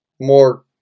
more